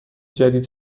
جدید